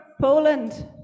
Poland